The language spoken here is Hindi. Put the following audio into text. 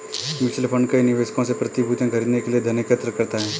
म्यूचुअल फंड कई निवेशकों से प्रतिभूतियां खरीदने के लिए धन एकत्र करता है